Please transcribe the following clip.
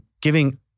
giving